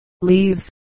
leaves